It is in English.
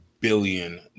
billion